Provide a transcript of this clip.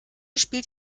spielt